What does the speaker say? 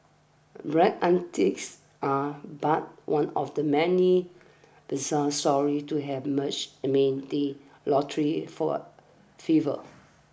Bragg's antics are but one of the many bizarre stories to have emerged amid the lottery for fever